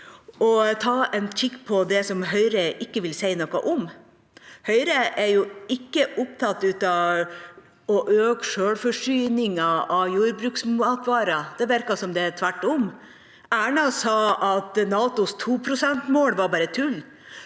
ta en kikk på det Høyre ikke vil si noe om. Høyre er jo ikke opptatt av å øke selvforsyningen av jordbruksmatvarer. Det virker som det er tvert om. Erna sa at NATOs 2-prosentmål var bare tull.